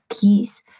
peace